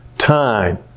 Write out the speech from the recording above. time